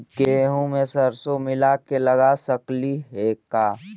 गेहूं मे सरसों मिला के लगा सकली हे का?